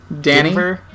Danny